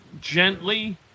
gently